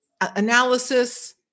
analysis